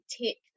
take